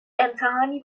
امتحانی